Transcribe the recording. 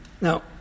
Now